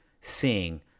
seeing